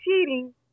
cheating